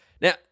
Now